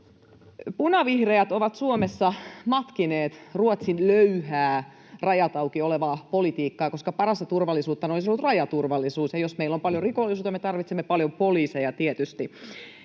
Punavihreät ovat Suomessa matkineet Ruotsin löyhää rajat auki ‑politiikkaa, vaikka parasta turvallisuutta olisi ollut rajaturvallisuus, ja jos meillä on paljon rikollisuutta, me tarvitsemme tietysti